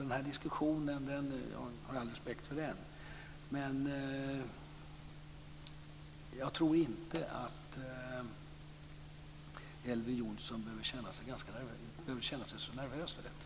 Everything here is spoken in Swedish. Jag har all respekt för den här diskussionen, men jag tror inte att Elver Jonsson behöver känna sig så nervös för detta.